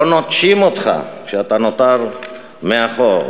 ולא נוטשים אותך כשאתה נותר מאחור.